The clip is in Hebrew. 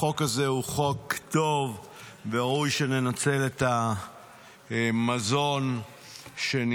החוק הזה הוא חוק טוב וראוי שננצל את המזון שנזרק.